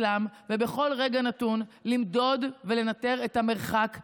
ובכל רגע נתון למדוד ולנטר את המרחק ביניהם.